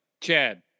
Chad